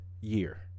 year